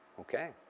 Okay